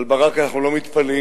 על ברק אנחנו לא מתפלאים.